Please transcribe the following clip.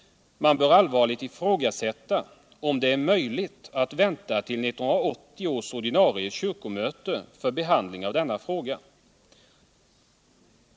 Man bör allvarligt ifrågasätta om det är möjligt att vänta till 1980 års ordinarie kyrkomöte för behandling av denna fråga.